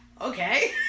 Okay